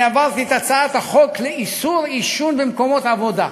העברתי את הצעת החוק לאיסור עישון במקומות עבודה.